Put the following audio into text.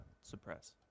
suppress